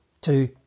two